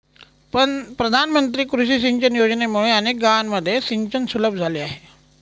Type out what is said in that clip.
प्रधानमंत्री कृषी सिंचन योजनेमुळे अनेक गावांमध्ये सिंचन सुलभ झाले आहे